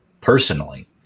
personally